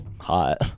hot